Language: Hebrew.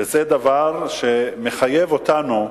וזה דבר שמחייב אותנו.